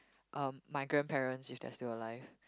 um my grandparents if they're still alive